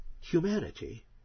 humanity